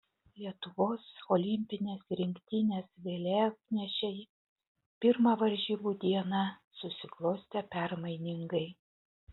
lietuvos olimpinės rinktinės vėliavnešei pirma varžybų diena susiklostė permainingai